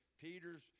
Peter's